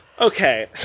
Okay